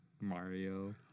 Mario